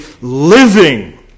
living